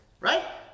right